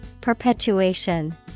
Perpetuation